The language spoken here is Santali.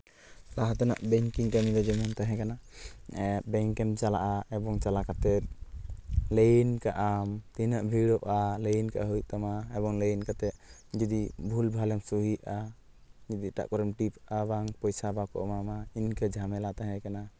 ᱞᱟᱦᱟ ᱛᱮᱱᱟᱜ ᱵᱮᱝᱠᱤᱝ ᱠᱟᱹᱢᱤ ᱨᱮ ᱡᱮᱢᱚᱱ ᱛᱟᱦᱮᱠᱟᱱᱟ ᱵᱮᱝᱠᱮᱢ ᱪᱟᱞᱟᱜᱼᱟ ᱮᱵᱚᱝ ᱪᱟᱞᱟ ᱠᱟᱛᱮ ᱞᱟᱹᱭᱤᱱ ᱠᱟᱜᱼᱟᱢ ᱛᱤᱱᱟᱹᱜ ᱵᱷᱤᱲᱚᱜᱼᱟ ᱞᱟ ᱭᱤᱱ ᱠᱟᱜ ᱦᱩᱭᱩᱜ ᱛᱟᱢᱟ ᱮᱵᱚᱝ ᱞᱟ ᱭᱤᱱ ᱠᱟᱛᱮ ᱡᱩᱫᱤ ᱵᱷᱩᱞᱼᱵᱷᱟᱞᱮᱢ ᱥᱳᱦᱤᱭᱟᱜᱼᱟ ᱡᱩᱫᱤ ᱮᱴᱟᱜ ᱠᱚᱨᱮᱢ ᱴᱤᱯᱟᱜᱼᱟ ᱵᱟᱝ ᱯᱚᱭᱥᱟ ᱵᱟᱠᱚ ᱮᱢᱟᱢᱟ ᱤᱱᱠᱟᱹ ᱡᱷᱟᱢᱮᱞᱟ ᱛᱟᱦᱮᱠᱟᱱᱟ